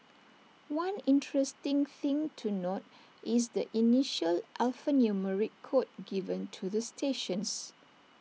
one interesting thing to note is the initial alphanumeric code given to the stations